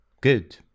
good